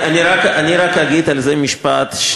אני רק אגיד על זה משפט,